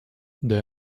der